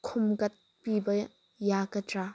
ꯈꯣꯝꯒꯠꯄꯤꯕ ꯌꯥꯒꯗ꯭ꯔꯥ